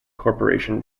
corporation